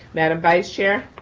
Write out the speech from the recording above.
madam vice chair.